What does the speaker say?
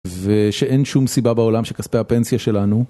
ושאין שום סיבה בעולם שכספי הפנסיה שלנו.